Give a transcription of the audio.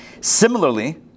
Similarly